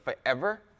forever